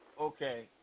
Okay